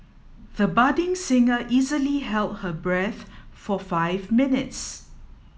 the budding singer easily held her breath for five minutes